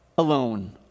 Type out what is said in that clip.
alone